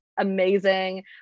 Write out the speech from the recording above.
amazing